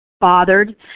bothered